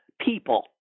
people